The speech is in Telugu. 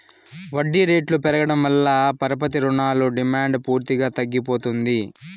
వడ్డీ రేట్లు పెరగడం వల్ల పరపతి రుణాల డిమాండ్ పూర్తిగా తగ్గిపోతుంది